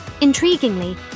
Intriguingly